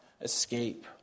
escape